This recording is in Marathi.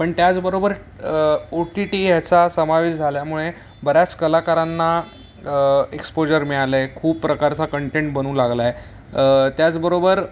पण त्याचबरोबर ओ टी टी ह्याचा समावेश झाल्यामुळे बऱ्याच कलाकारांना एक्सपोजर मिळालं आहे खूप प्रकारचा कंटेंट बनू लागला आहे त्याचबरोबर